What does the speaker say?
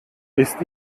ist